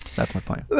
that's my point.